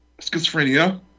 schizophrenia